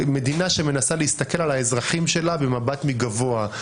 מדינה שמנסה להסתכל על האזרחים שלה במבט מגבוה,